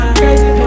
crazy